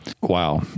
Wow